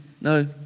no